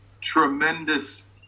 Tremendous